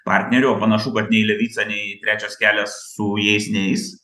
partnerių o panašu kad nei levica nei trečias kelias su jais neis